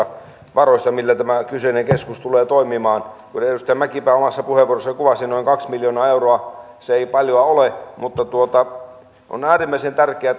varoista millä tämä kyseinen keskus tulee toimimaan kuten edustaja mäkipää omassa puheenvuorossaan kuvasi noin kaksi miljoonaa euroa se ei paljoa ole mutta on äärimmäisen tärkeää